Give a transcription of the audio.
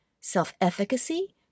self-efficacy